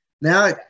Now